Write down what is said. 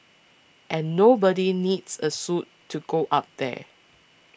and nobody needs a suit to go up there